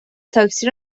تاکسی